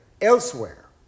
elsewhere